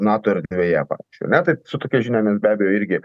nato erdvėje pavyzdžiui ar ne tai su tokia žinia mes be abejo irgi